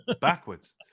backwards